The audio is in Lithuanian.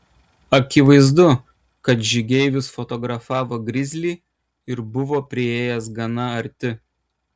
akivaizdu kad žygeivis fotografavo grizlį ir buvo priėjęs gana arti